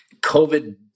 COVID